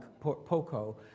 Poco